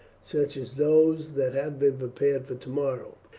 such as those that have been prepared for tomorrow,